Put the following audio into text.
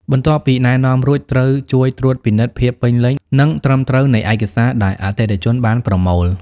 បន្ទាប់ពីណែនាំរួច ត្រូវជួយត្រួតពិនិត្យភាពពេញលេញ និងត្រឹមត្រូវនៃឯកសារដែលអតិថិជនបានប្រមូល។